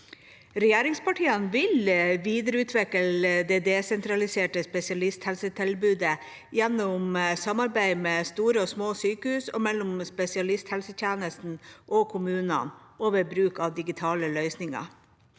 Regjeringspartiene vil videreutvikle det desentraliserte spesialisthelsetilbudet gjennom samarbeid med store og små sykehus og mellom spesialisthelsetjenesten og kommunene, og ved bruk av digitale løsninger.